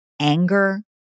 anger